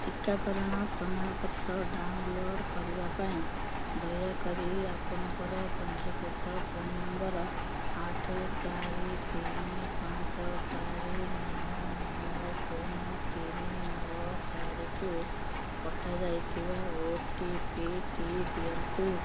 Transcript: ଟିକାକରଣ ପ୍ରମାଣପତ୍ର ଡାଉନଲୋଡ଼୍ କରିବା ପାଇଁ ଦୟାକରି ଆପଣଙ୍କର ପଞ୍ଜୀକୃତ ଫୋନ୍ ନମ୍ବର୍ ଆଠ ଚାରି ତିନି ପାଞ୍ଚ ଚାରି ନଅ ନଅ ଶୂନ ତିନି ନଅ ଚାରିକୁ ପଠା ଯାଇଥିବା ଓ ଟି ପି ଟି ଦିଅନ୍ତୁ